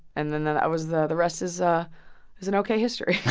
and then then that was the the rest is ah is an ok history